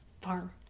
farm